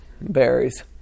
berries